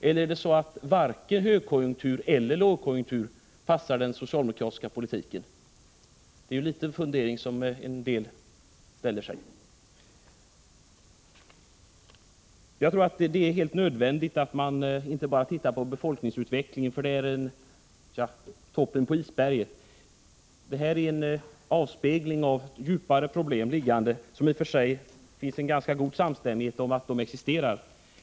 Eller är det så att varken högkonjunktur eller lågkonjunktur passar den socialdemokratiska politiken? Det är en liten fundering som en del har. Det är helt nödvändigt att man inte bara tittar på befolkningsutvecklingen, för det är ju bara toppen på isberget. Det är en avspegling av djupare problem, som det i och för sig finns en ganska god samstämmighet om att de existerar.